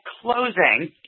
closing